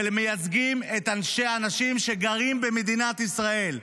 אבל הם מייצגים את האנשים שגרים במדינת ישראל,